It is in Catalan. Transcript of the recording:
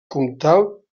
comtal